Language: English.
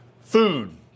Food